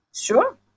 sure